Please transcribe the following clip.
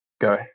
go